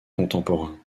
contemporains